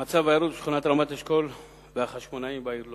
המצב הירוד של שכונת רמת-אשכול ורחוב החשמונאים בעיר לוד.